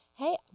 hey